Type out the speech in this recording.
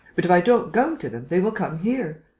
but, if i don't go to them, they will come here.